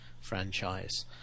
Franchise